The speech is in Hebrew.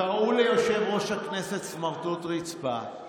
קראו ליושב-ראש הכנסת סמרטוט רצפה.